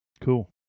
Cool